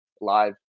live